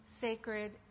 sacred